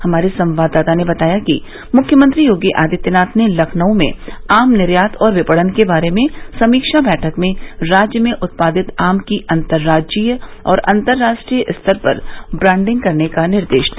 हमारे संवाददाता ने बताया है कि मुख्यमंत्री योगी आदित्यनाथ ने लखनऊ में आम निर्यात और विपणन के बारे में समीक्षा बैठक में राज्य में उत्पादित आम की अंतर्राज्यीय और अंतर्राष्ट्रीय स्तर पर ब्रांडिंग करने का निर्देश दिया